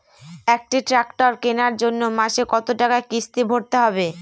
একটি ট্র্যাক্টর কেনার জন্য মাসে কত টাকা কিস্তি ভরতে হবে?